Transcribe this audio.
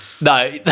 No